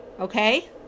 Okay